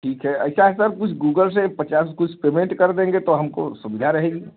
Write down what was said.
ठीक है ऐसा है सर कुछ गूगल से पचास कुछ पेमेंट कर देंगे तो हमको सुविधा रहेगी